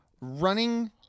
running